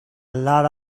lot